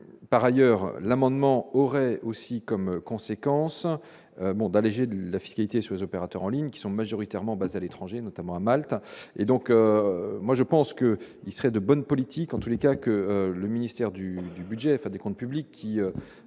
par ailleurs, l'amendement aurait aussi comme conséquence, un monde de la fiscalité sur les opérateurs en ligne qui sont majoritairement basés à l'étranger notamment à Malte et donc moi je pense que il serait de bonne politique en tous les cas que le ministère du du budget et faire des comptes publics